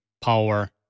Power